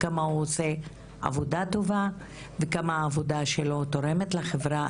כמה הוא עושה עבודה טובה וכמה העבודה שלו תורמת לחברה.